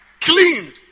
cleaned